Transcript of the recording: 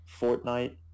Fortnite